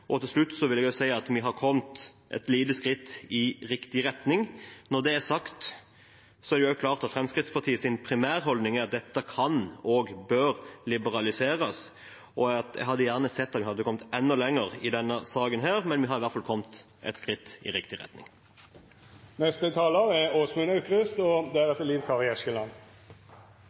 nytt. Til slutt vil jeg si at vi har kommet et lite skritt i riktig retning. Når det er sagt, er det klart at Fremskrittspartiets primærholdning er at dette kan og bør liberaliseres, og jeg hadde gjerne sett at vi hadde kommet enda lenger i denne saken. Men vi har i hvert fall kommet et skritt i riktig retning. Noe av det aller fineste med Norge er